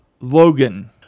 Logan